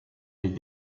des